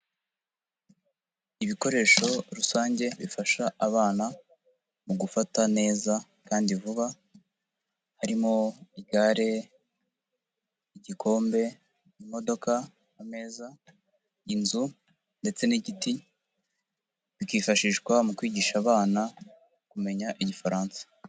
Ibikoresho rusange bifasha abana mu gufata neza kandi vuba, harimo igare, igikombe, imodoka, ameza, inzu ndetse n'igiti, bikifashishwa mu kwigisha abana kumenya igifaransa.